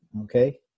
Okay